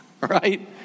right